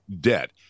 debt